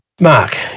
Mark